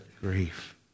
grief